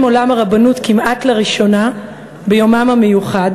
עולם הרבנות כמעט לראשונה ביומם המיוחד,